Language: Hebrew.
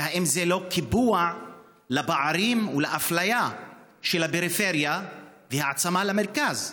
והאם זה לא קיבוע של הפערים והאפליה של הפריפריה והעצמה של המרכז?